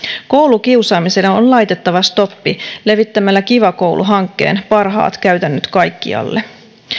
koulukiusaamiselle on laitettava stoppi levittämällä kiva koulu hankkeen parhaat käytännöt kaikkialle